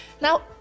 now